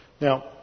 Now